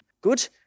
good